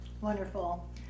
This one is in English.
Wonderful